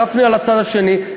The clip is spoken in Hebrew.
גפני על הצד השני,